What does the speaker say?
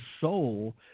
soul